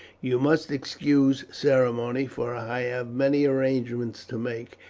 you must excuse ceremony, for i have many arrangements to make,